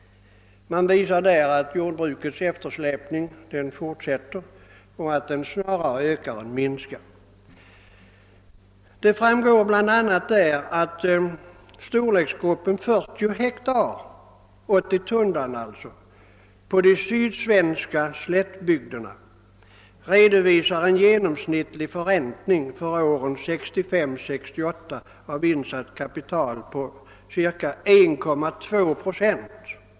Av densamma framgår att jordbrukets eftersläpning fortsätter och snarare ökar än minskar. Vidare visar den att jordbruk i storleksgruppen 40 hektar, alltså 80 tunnland, på de sydsvenska slättbygderna under åren 1965 —1968 redovisade en genomsnittlig förräntning av insatt kapital på cirka 1,2 procent.